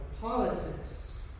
politics